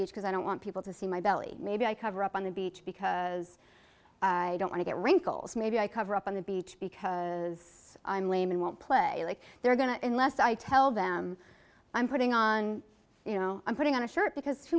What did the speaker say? beach because i don't want people to see my belly maybe i cover up on the beach because i don't want to get wrinkles maybe i cover up on the beach because i'm lame and won't play like they're going to and less i tell them i'm putting on you know i'm putting on a shirt because too